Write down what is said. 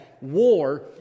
war